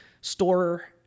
store